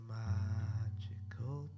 magical